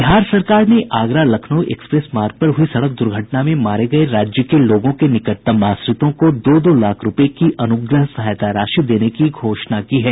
बिहार सरकार ने आगरा लखनऊ एक्सप्रेस मार्ग पर हुई सड़क दुर्घटना में मारे राज्य के लोगों के निकटतम आश्रितों को दो दो लाख रूपये की अनुग्रह सहायता राशि देने की घोषणा की है